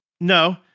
No